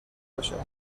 باشد